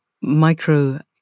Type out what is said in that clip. Micro